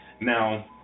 Now